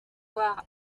voir